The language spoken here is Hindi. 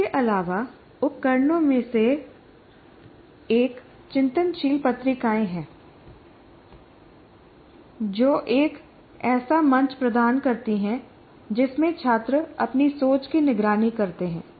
इसके अलावा उपकरणों में से एक चिंतनशील पत्रिकाएं हैं जो एक ऐसा मंच प्रदान करती हैं जिसमें छात्र अपनी सोच की निगरानी करते हैं